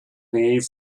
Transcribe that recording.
nähe